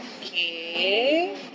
Okay